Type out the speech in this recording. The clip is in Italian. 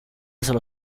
solo